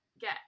get